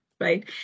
right